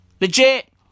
Legit